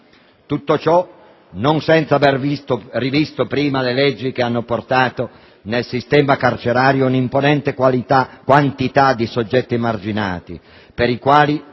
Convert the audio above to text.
Tutto ciò non senza aver rivisto prima le leggi che hanno portato nelle carceri un'imponente quantità di soggetti emarginati, per i quali